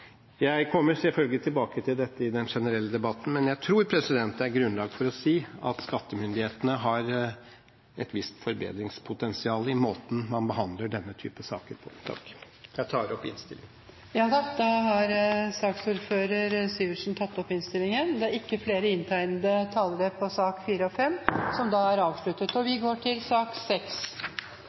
Jeg kommer selvfølgelig tilbake til dette i den generelle debatten, men jeg tror det er grunnlag for å si at skattemyndighetene har et visst forbedringspotensial i måten man behandler denne type saker på. Jeg anbefaler innstillingen. Flere har ikke bedt om ordet til sakene nr. 4 og 5. Etter ønske fra finanskomiteen vil presidenten foreslå at taletiden blir begrenset til 5 minutter til hver partigruppe og 5 minutter til medlemmer av regjeringen. Videre vil presidenten foreslå at det